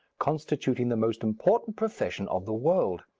constituting the most important profession of the world.